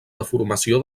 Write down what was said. deformació